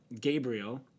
Gabriel